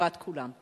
לטובת כולם.